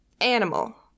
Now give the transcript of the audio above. animal